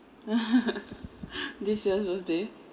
this year's birthday